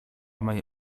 mej